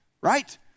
Right